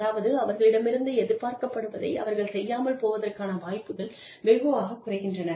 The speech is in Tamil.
அதாவது அவர்களிடமிருந்து எதிர்பார்க்கப்படுவதை அவர்கள் செய்யாமல் போவதற்கான வாய்ப்புகள் வெகுவாகக் குறைகின்றன